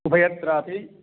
उभयत्रापि